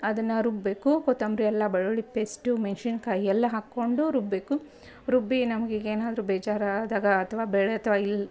ಅದನ್ನು ರುಬ್ಬಬೇಕು ಕೊತ್ತಂಬರಿ ಅಲ್ಲ ಬೆಳುಳ್ಳಿ ಪೇಸ್ಟು ಮೆಣಸಿನ್ಕಾಯ್ ಎಲ್ಲ ಹಾಕ್ಕೊಂಡು ರುಬ್ಬಬೇಕು ರುಬ್ಬಿ ನಮ್ಗೆ ಈಗ ಏನಾದರೂ ಬೇಜಾರು ಆದಾಗ ಅಥ್ವ ಬೆಳೆ ಅಥ್ವ ಇಲ್ಲಿ